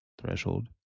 threshold